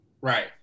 right